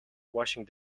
washing